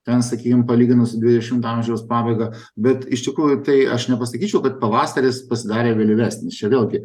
ten sakykim palyginus su dvidešimto amžiaus pabaiga bet iš tikrųjų tai aš nepasakyčiau kad pavasaris pasidarė vėlyvesnis čia vėlgi